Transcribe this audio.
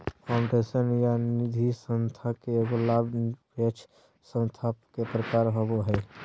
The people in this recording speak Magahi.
फाउंडेशन या निधिसंस्था एगो लाभ निरपेक्ष संस्था के प्रकार होवो हय